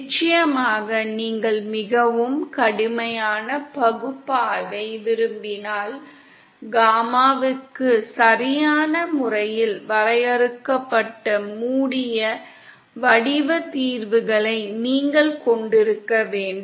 நிச்சயமாக நீங்கள் மிகவும் கடுமையான பகுப்பாய்வை விரும்பினால் காமாவுக்கு சரியான முறையில் வரையறுக்கப்பட்ட மூடிய வடிவ தீர்வுகளை நீங்கள் கொண்டிருக்க வேண்டும்